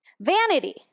Vanity